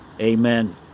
amen